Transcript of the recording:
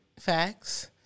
Facts